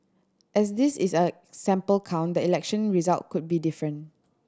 as this is a sample count the election result could be different